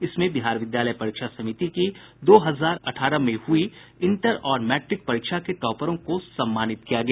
इसमें बिहार विद्यालय परीक्षा समिति की दो हजार अठारह में हुई इंटर और मैट्रिक परीक्षा के टॉपरों को सम्मानित किया गया